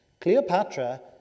Cleopatra